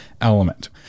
element